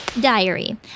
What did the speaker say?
Diary